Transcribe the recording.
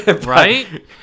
Right